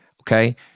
Okay